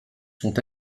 sont